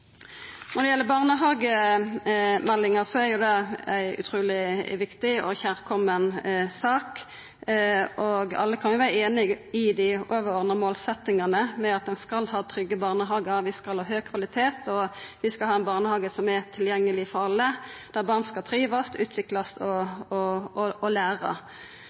Når det gjeld barnehagemeldinga, er det ei utruleg viktig og kjærkomen sak, og alle kan vera einige i dei overordna målsetjingane, at vi skal ha trygge barnehagar, at vi skal ha høg kvalitet, og at vi skal ha ein barnehage som er tilgjengeleg for alle, der barn skal trivast, utvikla seg og